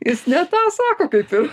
jis ne tą sako kaip ir